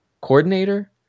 coordinator